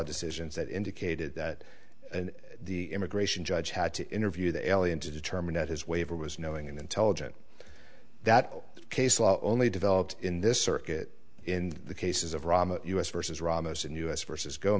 decisions that indicated that the immigration judge had to interview the alien to determine that his waiver was knowing and intelligent that case law only developed in this circuit in the cases of rama u s versus ramos in u s versus go